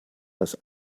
das